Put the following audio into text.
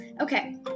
Okay